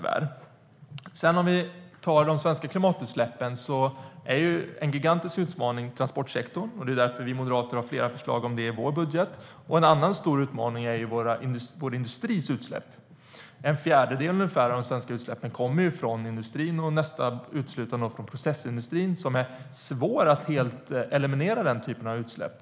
Vad gäller de svenska klimatutsläppen är transportsektorn en gigantisk utmaning. Det är därför vi moderater har flera förslag för den sektorn i vår budget. En annan stor utmaning är vår industris utsläpp. Ungefär en fjärdedel av de svenska utsläppen kommer från industrin, nästan uteslutande från processindustrin, där det är svårt att helt eliminera den typen av utsläpp.